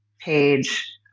page